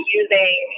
using